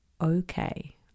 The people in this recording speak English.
okay